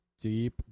deep